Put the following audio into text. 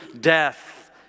death